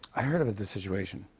i heard about the situation.